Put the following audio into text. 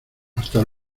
hasta